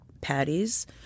patties